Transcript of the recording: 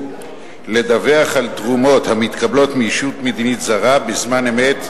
לדווח על תרומות המתקבלות מישות מדינית זרה בזמן אמת,